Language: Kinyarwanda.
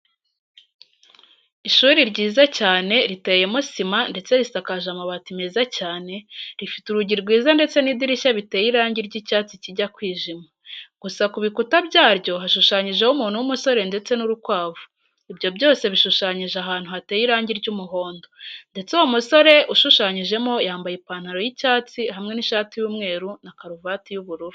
Ishuri ryiza cyane riteyemo sima ndetse risakaje amabati meza cyane, rifite urugi rwiza ndetse n'idirishya biteye irangi ry'icyatsi kijya kwijima, gusa ku bikuta byaryo hashushanyijeho umuntu w'umusore ndetse n'urukwavu. Ibyo byose bishushanyije ahantu hateye irangi ry'umuhondo, ndetse uwo musore ushushanyijemo yambaye ipantaro y'icyatsi hamwe n'ishati y'umweru na karuvati y'ubururu.